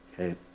Okay